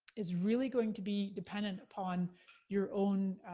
is really going to be, dependent upon your own